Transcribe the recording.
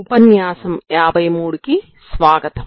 ఉపన్యాసం 53 కి స్వాగతం